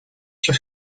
sur